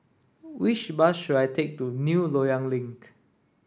which bus should I take to New Loyang Link